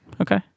Okay